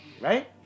Right